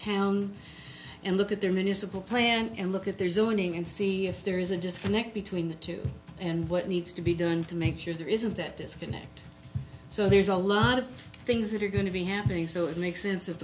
town and look at their municipal plans and look at their zoning and see if there is a disconnect between the two and what needs to be done to make sure there isn't that disconnect so there's a lot of things that are going to be happening so it makes sense of